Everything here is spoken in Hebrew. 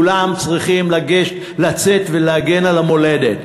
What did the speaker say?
כולם צריכים לצאת ולהגן על המולדת,